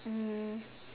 um